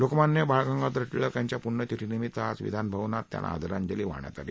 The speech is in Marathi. लोकमान्य बाळगंगाधर टिळक यांच्या पूण्यतिथीनिमीत्त आज विधानभवनात त्यांना आदरांजली वाहण्यात आली